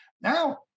Now